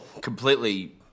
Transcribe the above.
completely